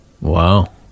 Wow